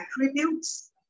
Attributes